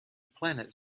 planet